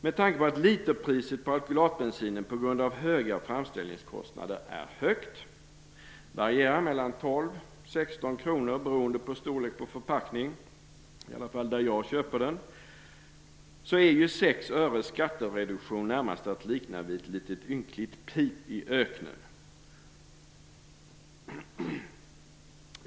Med tanke på att literpriset på alkylatbensinen på grund av höga framställningskostnader är högt - det varierar mellan 12 och 16 kr beroende på storlek på förpackning, i alla fall där jag köper den - är 6 öres skattereduktion närmast att likna vid ett litet ynkligt pip i öknen.